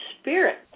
spirit